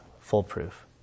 foolproof